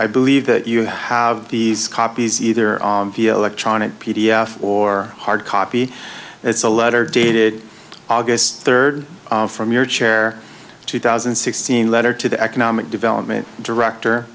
i believe that you have these copies either via electronic p d f or hard copy as a letter dated august third from your chair two thousand and sixteen letter to the economic development director